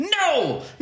no